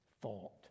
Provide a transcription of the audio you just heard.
thought